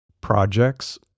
projects